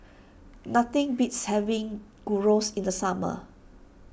nothing beats having Gyros in the summer